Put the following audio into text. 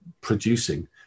producing